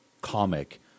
comic